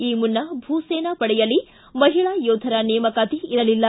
ಈ ಮುನ್ನ ಭೂಸೇನಾ ಪಡೆಯಲ್ಲಿ ಮಹಿಳಾ ಯೋಧರ ನೇಮಕಾತಿ ಇರಲಿಲ್ಲ